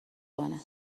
کنه